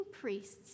priests